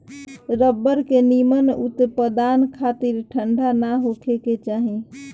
rubber के निमन उत्पदान खातिर ठंडा ना होखे के चाही